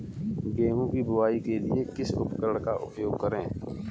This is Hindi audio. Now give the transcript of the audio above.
गेहूँ की बुवाई के लिए किस उपकरण का उपयोग करें?